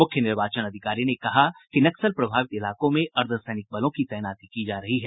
मुख्य निर्वाचन अधिकारी ने कहा कि नक्सल प्रभावित इलाकों में अर्द्वसैनिक बलों की तैनाती की जा रही है